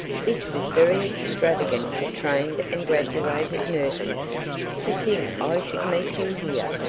this was very extravagant for trained and graduated nurses to think i should meet you here!